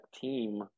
team